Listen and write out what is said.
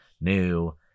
new